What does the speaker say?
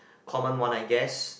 common one I guess